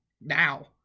now